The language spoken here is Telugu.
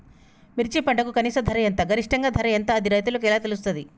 మిర్చి పంటకు కనీస ధర ఎంత గరిష్టంగా ధర ఎంత అది రైతులకు ఎలా తెలుస్తది?